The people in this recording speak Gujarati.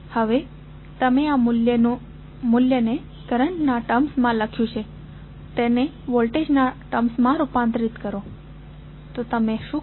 હવે તમે આ મૂલ્યને કરંટ ના ટર્મ્સ માં લખ્યું છે તેને વોલ્ટેજ ના ટર્મ્સ રૂપાંતરિત કરો તો તમે શું કરશો